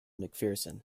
macpherson